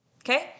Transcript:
Okay